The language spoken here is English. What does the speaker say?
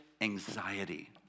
anxiety